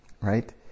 Right